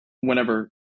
whenever